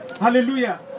Hallelujah